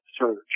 search